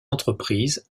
entreprises